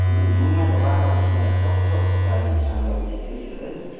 अन्त नि मङमायाको बाटाको सुविधाहरू कस्तो छ हो गाडी सानो गाडी छिर्छ कि छिर्दैन